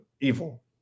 evil